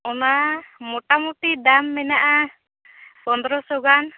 ᱚᱱᱟ ᱢᱚᱴᱟ ᱢᱩᱴᱤ ᱫᱟᱢ ᱢᱮᱱᱟᱜᱼᱟ ᱯᱚᱱᱰᱨᱚ ᱥᱚ ᱜᱟᱱ